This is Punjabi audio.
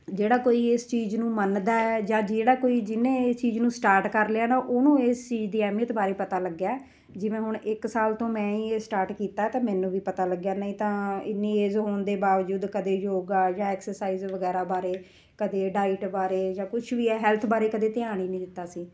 ਜਿਹੜਾ ਕੋਈ ਇਸ ਚੀਜ਼ ਨੂੰ ਮੰਨਦਾ ਹੈ ਜਾਂ ਜਿਹੜਾ ਕੋਈ ਜਿਹਨੇ ਇਹ ਚੀਜ਼ ਨੂੰ ਸਟਾਰਟ ਕਰ ਲਿਆ ਨਾ ਉਹਨੂੰ ਇਸ ਚੀਜ਼ ਦੀ ਅਹਿਮੀਅਤ ਬਾਰੇ ਪਤਾ ਲੱਗਿਆ ਜਿਵੇਂ ਹੁਣ ਇੱਕ ਸਾਲ ਤੋਂ ਮੈਂ ਹੀ ਇਹ ਸਟਾਰਟ ਕੀਤਾ ਅਤੇ ਮੈਨੂੰ ਵੀ ਪਤਾ ਲੱਗਿਆ ਨਹੀਂ ਤਾਂ ਇੰਨੀ ਏਜ ਹੋਣ ਦੇ ਬਾਵਜੂਦ ਕਦੇ ਯੋਗਾ ਜਾਂ ਐਕਸਰਸਾਈਜ਼ ਵਗੈਰਾ ਬਾਰੇ ਕਦੇ ਡਾਈਟ ਬਾਰੇ ਜਾਂ ਕੁਛ ਵੀ ਹੈਲਥ ਬਾਰੇ ਕਦੇ ਧਿਆਨ ਹੀ ਨਹੀਂ ਦਿੱਤਾ ਸੀ